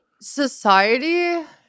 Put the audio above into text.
society